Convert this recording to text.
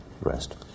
rest